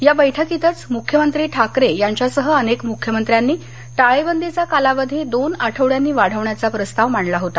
या बैठकीतच मुख्यमंत्री ठाकरे यांच्यासह अनेक मुख्यमंत्र्यांनी टाळेबंदीचा कालावधी दोन आठवड्यांनी वाढवण्याचा प्रस्ताव मांडला होता